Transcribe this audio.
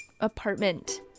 apartment